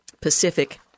Pacific